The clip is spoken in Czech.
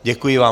Děkuji vám.